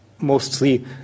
mostly